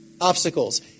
obstacles